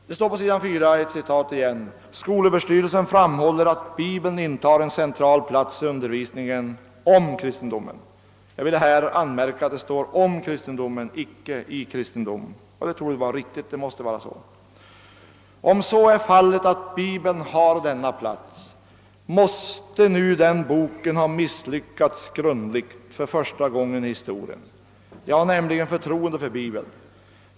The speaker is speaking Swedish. På s. 4 i allmänna beredningsutskottets utlåtande sägs det: »Sö framhåller att Bibeln intar en central plats i undervisningen om kristendomen.» Jag vill poängtera att det står »om kristendomen», icke »i kristendomen», och det torde vara riktigt; det måste vara så. Om Bibeln har en sådan plats, så måste den boken för första gången i historien ha misslyckats grundligt; jag hyser nämligen förtroende för Bibeln.